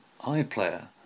iPlayer